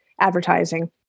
advertising